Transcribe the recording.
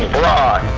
bra